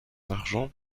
argent